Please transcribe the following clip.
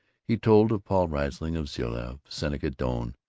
he told of paul riesling, of zilla, of seneca doane,